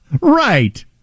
right